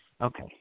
Okay